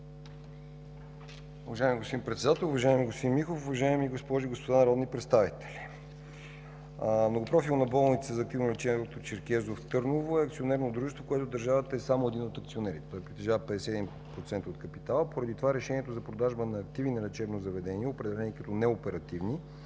Уважаеми господин Председател, уважаеми господин Михов, уважаеми госпожи и господа народни представители! Многопрофилна болница за активно лечение „Д-р Стефан Черкезов” – Велико Търново, е акционерно дружество, в което държавата е само един от акционерите, той притежава 51% от капитала. Поради това решението за продажба на активи на лечебно заведение, определени като неоперативни,